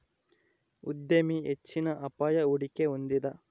ಉದ್ಯಮಿ ಹೆಚ್ಚಿನ ಅಪಾಯ, ಹೂಡಿಕೆ ಹೊಂದಿದ